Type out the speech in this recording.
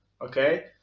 Okay